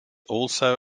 also